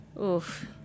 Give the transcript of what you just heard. Oof